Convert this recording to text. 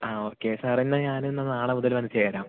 ആ okay sir എന്നാൽ ഞാൻ എന്നാൽ നാളെ മുതൽ വന്നു ചേരാം